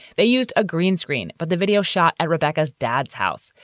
they used a green screen, but the video shot at rebecca's dad's house.